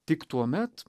tik tuomet